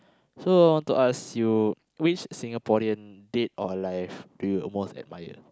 so I want to ask you which Singaporean dead or alive do you most admire